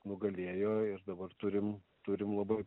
nugalėjo ir dabar turime turime labai